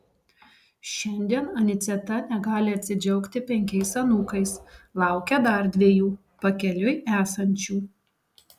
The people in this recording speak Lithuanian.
šiandien aniceta negali atsidžiaugti penkiais anūkais laukia dar dviejų pakeliui esančių